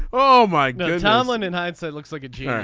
oh mike tomlin in hindsight looks like a jerk.